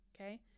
okay